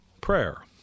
prayer